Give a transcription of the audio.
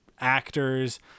actors